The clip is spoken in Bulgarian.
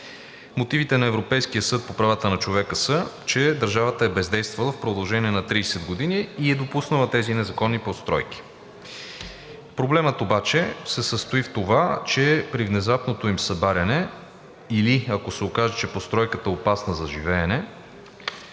Мотивите на Европейския съд по правата на човека са, че държавата е бездействала в продължение на 30 години и е допуснала тези незаконни постройки. Проблемът обаче се състои в това, че при внезапното им събаряне или ако се окаже, че постройката е опасна за живеене,